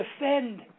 defend